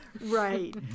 Right